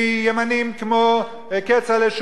מימנים כמו כצל'ה,